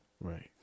Right